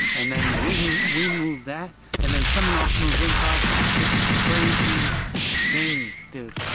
and then we move we move that and then someone else moves interprets this crazy thing dude